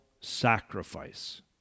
sacrifice